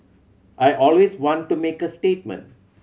I always want to make a statement